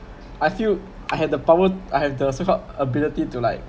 I feel I had the power I have the so called ability to like